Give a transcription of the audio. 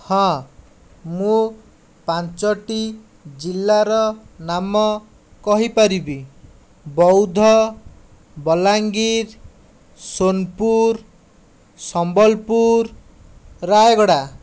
ହଁ ମୁଁ ପାଞ୍ଚଟି ଜିଲ୍ଲାର ନାମ କହିପାରିବି ବୌଦ୍ଧ ବଲାଙ୍ଗୀର ସୋନପୁର ସମ୍ବଲପୁର ରାୟଗଡ଼ା